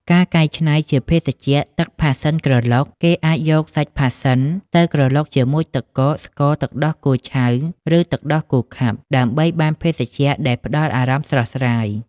ការកែច្នៃជាភេសជ្ជៈទឹកផាសសិនក្រឡុក គេអាចយកសាច់ផាសសិនទៅក្រឡុកជាមួយទឹកកក ស្ករ ទឹកដោះគោឆៅ ឬទឹកដោះគោខាប់ ដើម្បីបានភេសជ្ជៈដែលផ្តល់អារម្មណ៍ស្រស់ស្រាយ។